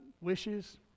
wishes